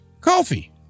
Coffee